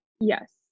yes